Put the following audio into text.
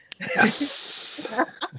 Yes